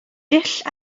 dull